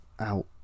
out